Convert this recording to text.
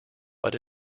but